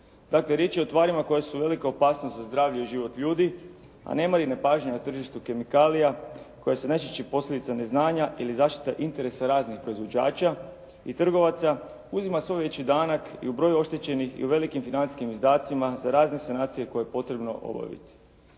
Dakle, riječ je o tvarima koja su velika opasnost za zdravlje i život ljudi a nemar i nepažnja na tržištu kemikalija koja su najčešće posljedica neznanja ili zaštita interesa raznih proizvođača i trgovaca uzima sve veći danak i u broju oštećenih i u velikim financijskim izdacima za razne sanacije koje je potrebno obaviti.